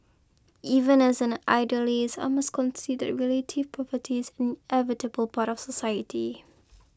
even as an idealist I must concede relative poverties inevitable part of society